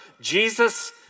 Jesus